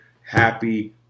happy